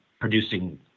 producing